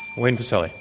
wayne pacelle.